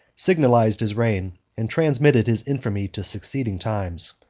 signalized his reign, and transmitted his infamy to succeeding times.